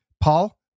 Paul